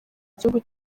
gihugu